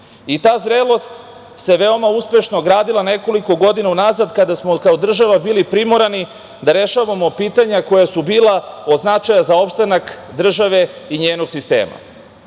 Ta zrelost se veoma uspešno gradila nekoliko godina unazad kada smo kao država bili primorani da rešavamo pitanja koja su bila od značaja za opstanak države i njenog sistema. Do